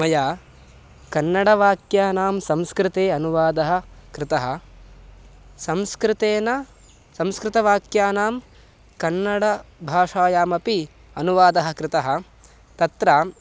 मया कन्नडवाक्यानां संस्कृते अनुवादः कृतः संस्कृतेन संस्कृतवाक्यानां कन्नडभाषायामपि अनुवादः कृतः तत्र